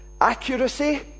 accuracy